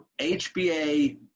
HBA